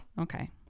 Okay